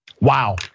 Wow